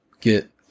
get